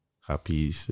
happy